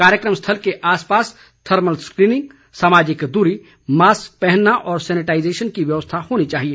कार्यकम स्थल के आसपास थर्मल स्क्रीनिंग सामाजिक दूरी मास्क पहनना और सैनिटाइजेशन की व्यवस्था होनी चाहिए